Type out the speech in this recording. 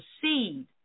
seed